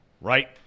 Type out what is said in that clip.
right